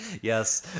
Yes